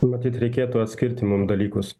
matyt reikėtų atskirti mum dalykus